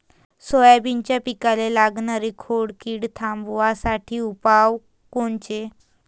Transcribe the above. सोयाबीनच्या पिकाले लागनारी खोड किड थांबवासाठी उपाय कोनचे?